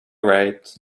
right